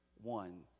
one